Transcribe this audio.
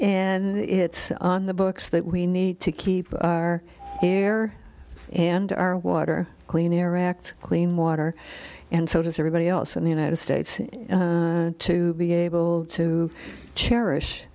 and it's on the books that we need to keep our air and our water clean air act clean water and so does everybody else in the united states to be able to cherish